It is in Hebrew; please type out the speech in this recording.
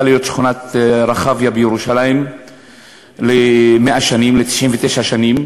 להיות שכונת רחביה בירושלים ל-99 שנים.